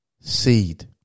seed